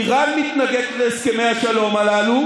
איראן מתנגדת להסכמי השלום הללו,